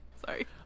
Sorry